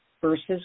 versus